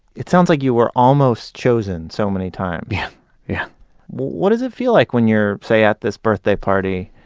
it sounds like you were almost chosen so many times yeah. yeah what does it feel like when you're, say at this birthday party,